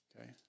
Okay